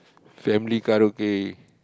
family karaoke